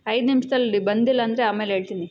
ಐದು ನಿಮಿಷದಲ್ ಬಂದಿಲ್ಲಾ ಅಂದರೆ ಆಮೇಲೆ ಹೇಳ್ತೀನಿ